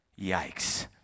Yikes